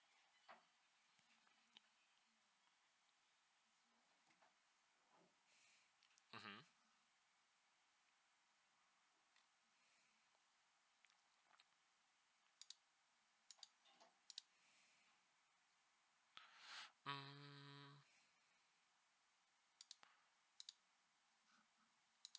mmhmm mm